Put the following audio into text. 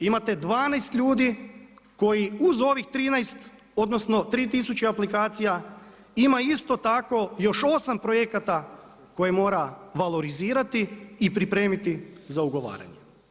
Imate 12 ljudi koji uz ovih 13 odnosno 3 tisuće aplikacija ima isto tako još 8 projekata koje mora valorizirati i pripremiti za ugovaranje.